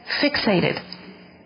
fixated